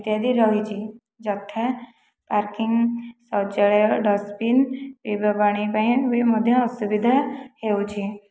ଇତ୍ୟାଦି ରହିଛି ଯଥା ପାର୍କିଂ ଶୌଚାଳୟ ଡଷ୍ଟବିନ୍ ପିଇବା ପାଣି ପାଇଁ ବି ମଧ୍ୟ ଅସୁବିଧା ହେଉଛି